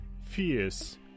fierce